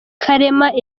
karema